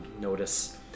notice